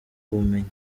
ubumenyi